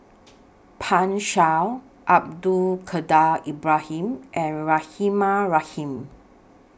Pan Shou Abdul Kadir Ibrahim and Rahimah Rahim